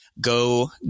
go